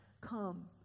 come